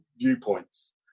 viewpoints